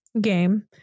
game